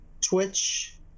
Twitch